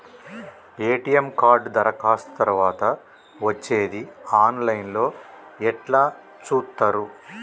ATM card దరఖాస్తు తరువాత వచ్చేది ఆన్ లైన్ లో ఎట్ల చూత్తరు?